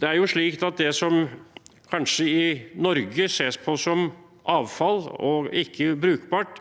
Det er slik at det som kanskje i Norge ses på som avfall og ikke brukbart,